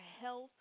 health